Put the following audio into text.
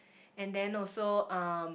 and then also um